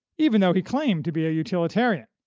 even though he claimed to be a utilitarian.